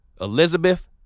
Elizabeth